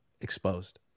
exposed